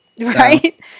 right